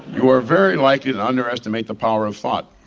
you are very likely to underestimate the power of thought